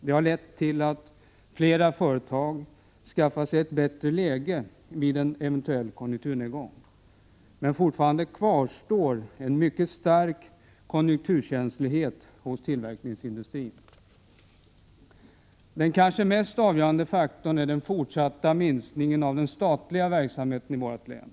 Det har lett till att flera företag har skaffat sig ett bättre läge inför en eventuell konjunkturnedgång. Fortfarande kvarstår dock en mycket stark konjunkturkänslighet hos tillverkningsindustrin. Den mest avgörande faktorn är kanske den fortsatta minskningen av den statliga verksamheten i vårt län.